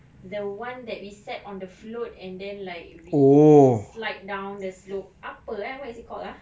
the one that we sat on the float and then like we slide down the slope apa eh what is it called ah